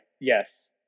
yes